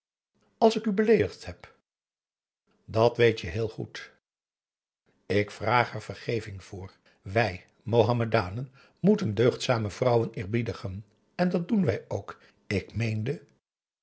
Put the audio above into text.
als ik u beleedigd heb dat weet je heel goed k vraag er vergeving voor wij mohammedanen moeten deugdzame vrouwen eerbiedigen en dat doen wij ook ik meende